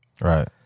Right